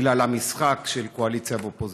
בגלל המשחק של הקואליציה והאופוזיציה.